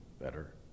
better